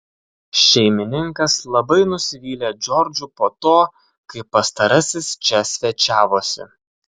šeimininkas labai nusivylė džordžu po to kai pastarasis čia svečiavosi